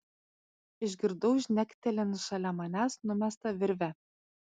išgirdau žnektelint šalia manęs numestą virvę